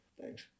Thanks